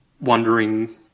wondering